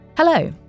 Hello